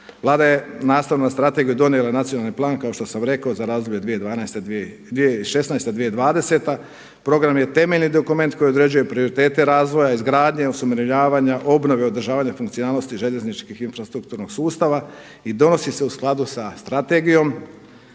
Vlada je nastavno na strategiju donijela nacionalni plan kao što sam i rekao za razdoblje od 2012. 2016./2020. Program je temeljni dokument koji određuje prioritete razvoja, izgradnje, osuvremenjivanja, obnove i održavanja funkcionalnosti željezničkog infrastrukturnog sustava i donosi se u skladu sa strategijom.